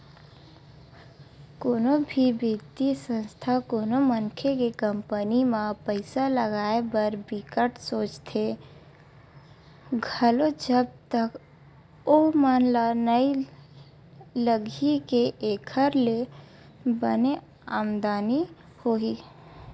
कोनो भी बित्तीय संस्था कोनो मनखे के कंपनी म पइसा लगाए बर बिकट सोचथे घलो जब तक ओमन ल नइ लगही के एखर ले बने आमदानी होही